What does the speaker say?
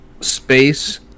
space